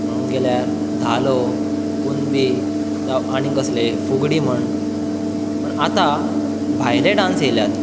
पळोवंक गेल्यार धालो कुणबी जावं आनी कसलेंच फुगडी म्हूण पूण आतां भायले डान्स येयल्यात